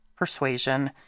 Persuasion